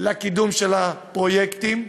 לקידום של הפרויקטים,